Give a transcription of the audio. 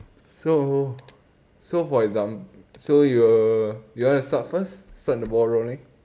so so for exam~ so you you want to start first start the ball rolling